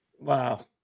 Wow